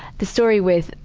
the story with,